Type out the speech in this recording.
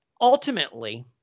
ultimately